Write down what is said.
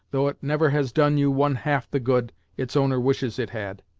though it never has done you one half the good its owner wishes it had.